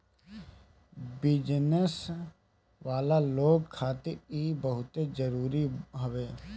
business वाला लोग खातिर इ बहुते जरुरी हवे